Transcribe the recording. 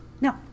No